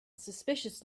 suspicious